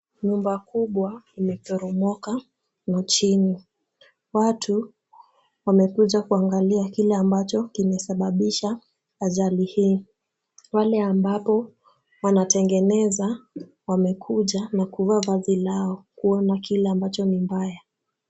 Nyumba kubwa imeporomoka na chini. Watu wamekuja kuangalia kile ambacho kimesababisha ajali hii. Wale ambapo wanatengeza na wamekuja na kuvaa vazi lao kuona kile ambacho ni mbaya.